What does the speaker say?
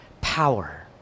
power